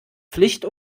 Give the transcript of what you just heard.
pflicht